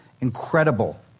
incredible